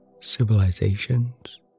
civilizations